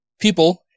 people